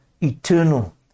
eternal